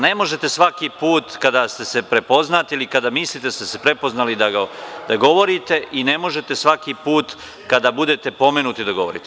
Ne možete svaki put kada se prepoznate ili kada mislite da ste se prepoznali da govorite i ne možete svaki put kada budete pomenuti da govorite.